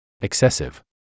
excessive